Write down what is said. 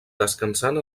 descansant